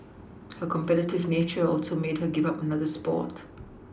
her competitive nature also made her give up another sport